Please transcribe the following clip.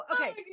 okay